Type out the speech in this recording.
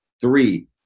Three